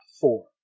four